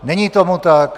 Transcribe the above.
Není tomu tak.